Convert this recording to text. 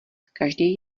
každý